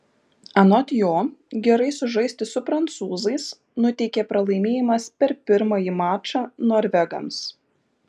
anot jo gerai sužaisti su prancūzais nuteikė pralaimėjimas per pirmąjį mačą norvegams